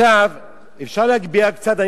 אפשר להגביה קצת?